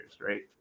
right